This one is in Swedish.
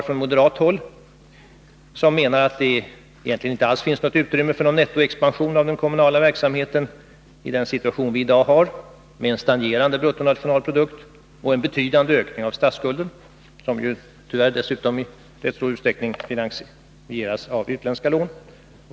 På moderat håll menar vi att det egentligen inte alls finns något utrymme för en nettoexpansion av den kommunala verksamheten i den situation vi har i dag, med stagnerande bruttonationalprodukt och en betydande ökning av statsskulden —-som dessutom tyvärr i rätt stor utsträckning finansieras av utländska lån.